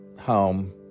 home